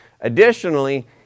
Additionally